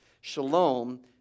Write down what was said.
shalom